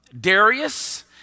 Darius